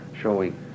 showing